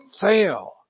fail